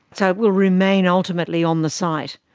so it will remain ultimately on the site.